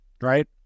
right